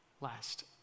Last